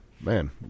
Man